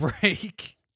break